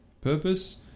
purpose